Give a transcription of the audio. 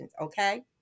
okay